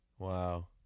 wow